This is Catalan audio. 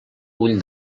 ull